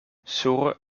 sur